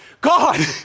God